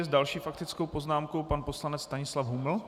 S další faktickou poznámkou pan poslanec Stanislav Huml.